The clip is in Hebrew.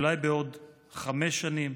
אולי בעוד חמש שנים,